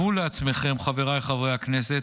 חבריי חברי הכנסת,